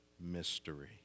mystery